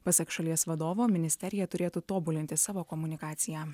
pasak šalies vadovo ministerija turėtų tobulinti savo komunikaciją